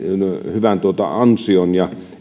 ansion